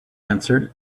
answered